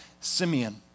Simeon